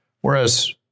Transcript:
Whereas